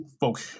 folk